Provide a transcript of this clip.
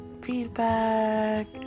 feedback